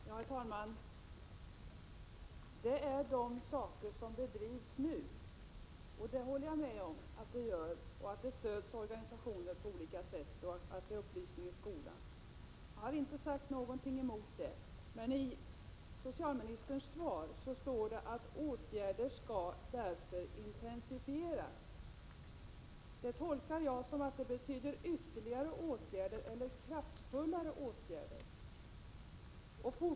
Herr talman! Socialministern berör de verksamheter som bedrivs nu. Jag håller med om att åtgärder vidtas, att organisationerna stöds på olika sätt och att upplysning bedrivs i skolan. Jag har inte sagt emot det. Men i socialministerns svar står det att åtgärder ”måste därför intensifieras”. Det tolkar jag som att ytterligare åtgärder eller kraftfullare åtgärder skall vidtas.